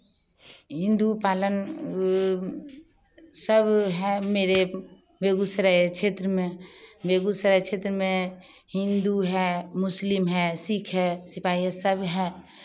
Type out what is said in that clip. हिन्दू पालन सब है मेरे बेगुसराय क्षेत्र में बेगुसराय क्षेत्र में हिन्दू है मुस्लिम है सिक्ख है सिपाही है सब है